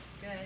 Good